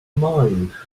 mind